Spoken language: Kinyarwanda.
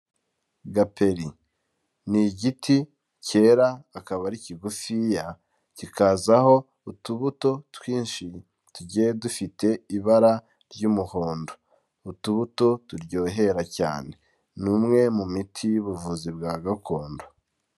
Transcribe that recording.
Gaperi, ni igiti kera akaba ari kigufiya, kikazaho utubuto twinshi tugiye dufite ibara ry'umuhondo, utubuto turyohera cyane, ni umwe mu miti y'ubuvuzi bwa gakondo.